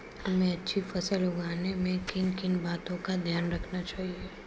हमें अच्छी फसल उगाने में किन किन बातों का ध्यान रखना चाहिए?